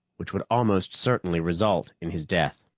which would almost certainly result in his death.